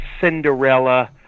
Cinderella